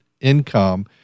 income